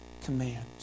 command